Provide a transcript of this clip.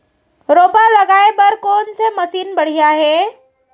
रोपा लगाए बर कोन से मशीन बढ़िया हे?